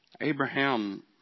Abraham